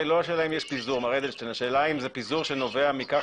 לא שאלה אם יש פיזור אלא השאלה אם זה פיזור שנובע מכך